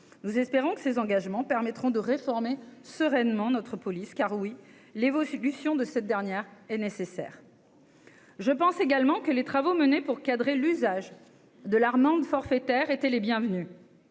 nous espérons que ces engagements permettront de réformer sereinement notre police car oui les Vosges dilution de cette dernière est nécessaire je pense également que les travaux menés pour cadrer l'usage de l'amende forfaitaire étaient les bienvenus